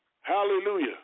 Hallelujah